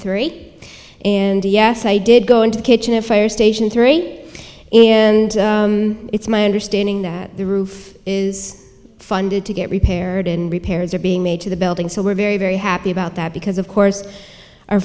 three and yes i did go into the kitchen and fire station three and it's my understanding that the roof is funded to get repaired and repairs are being made to the building so we're very very happy about that because of course our